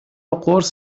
قرص